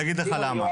אני אסביר לך למה.